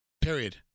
Period